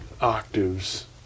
octaves